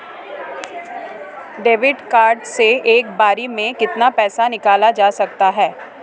Debit card से एक बार में कितना पैसा निकाला जा सकता है?